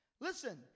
Listen